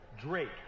Drake